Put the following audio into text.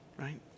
right